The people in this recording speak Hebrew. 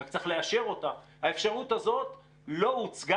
רק צריך לאשר אותה האפשרות הזאת לא הוצגה